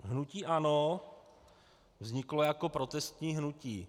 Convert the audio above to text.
Hnutí ANO vzniklo jako protestní hnutí.